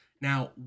now